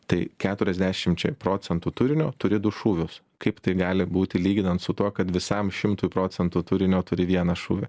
tai keturiasdešimčiai procentų turinio turi du šūvius kaip tai gali būti lyginant su tuo kad visam šimtui procentų turinio turi vieną šūvį